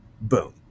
Boom